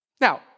Now